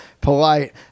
polite